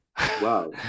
Wow